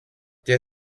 der